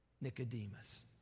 Nicodemus